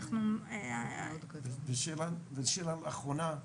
שאלה אחרונה.